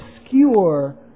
obscure